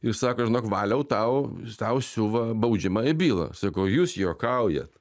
ir sako žinok valiau tau tau siuva baudžiamąją bylą sakau jūs juokaujat